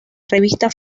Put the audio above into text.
revista